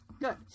Good